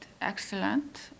excellent